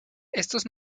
estos